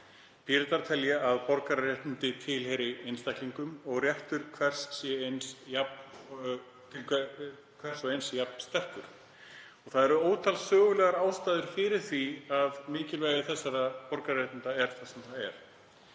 Píratar telja að borgararéttindi tilheyri einstaklingum og að réttur hvers og eins sé jafn sterkur. Það eru ótal sögulegar ástæður fyrir því að mikilvægi borgararéttinda er það sem það er.